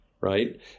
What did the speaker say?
right